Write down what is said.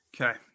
Okay